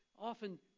often